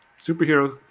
superhero